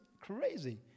crazy